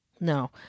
No